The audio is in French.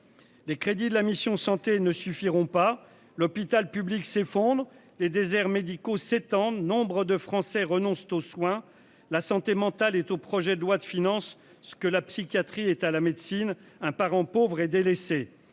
Des crédits de la mission santé ne suffiront pas. L'hôpital public s'effondre, les déserts médicaux s'étendent nombres de Français renoncent aux soins, la santé mentale est au projet de loi de finances, ce que la psychiatrie est à la médecine un parent pauvre et délaissée